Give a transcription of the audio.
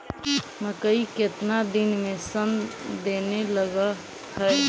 मकइ केतना दिन में शन देने लग है?